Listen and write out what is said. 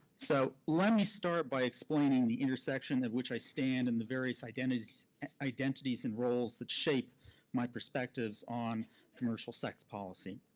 so let me start by explaining the intersection at which i stand and the various identities identities and roles that shape my perspectives on commercial sex policy.